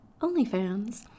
onlyfans